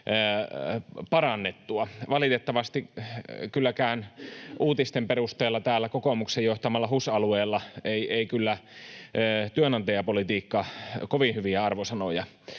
parannettua. Valitettavasti kylläkään uutisten perusteella täällä kokoomuksen johtamalla HUS-alueella ei työnantajapolitiikka kovin hyviä arvosanoja